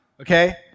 okay